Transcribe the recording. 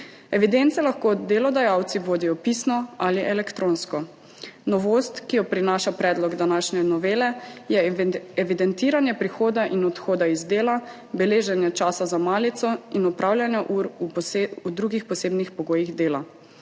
Evidence lahko delodajalci vodijo pisno ali elektronsko. Novost, ki jo prinaša predlog današnje novele, je evidentiranje prihoda in odhoda z dela, beleženje časa za malico in opravljanje ur v drugih posebnih pogojih dela.